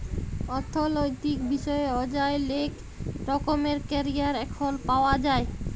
অথ্থলৈতিক বিষয়ে অযায় লেক রকমের ক্যারিয়ার এখল পাউয়া যায়